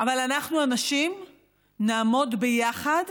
אבל אנחנו הנשים נעמוד ביחד